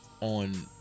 on